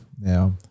Now